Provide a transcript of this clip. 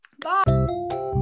Bye